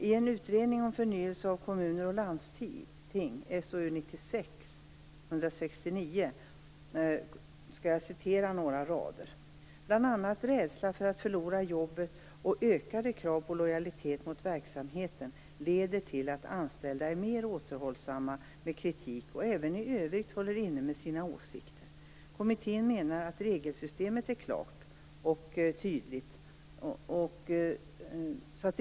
I en utredning om förnyelse av kommuner och landsting, SOU 1996:169, framgår det att bl.a. rädsla att förlora jobbet och ökade krav på lojalitet mot verksamheten, leder till att anställda är mer återhållsamma med kritik och även i övrigt håller inne med sina åsikter. Kommittén menar att regelsystemet är klart och tydligt.